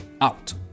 Out